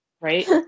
right